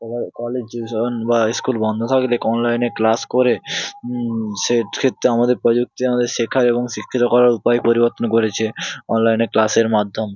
ও college বা school বন্ধ থাকলে অনলাইনে ক্লাস করে সেক্ষেত্রে আমাদের প্রযুক্তি আমাদের শেখায় এবং শিক্ষিত করার উপায় পরিবর্তন করেছে অনলাইনে ক্লাসের মাধ্যম